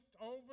over